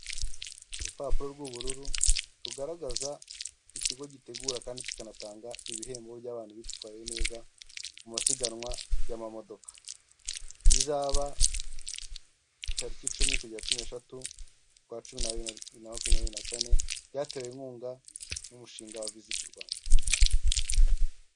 Urupapuro rw'ubururu rugaragaza ikigo gitegura kandi kikanatanga ibihembo by'abantu bitwaye neza mu masiganwa y'amamodoka, bizaba tariki icumi kugera cumi n'eshatu z'ukwa cumi nabiri, bibiri na makumyabiri na kane, byatewe inkunga n'umushinga wa viziti Rwanda.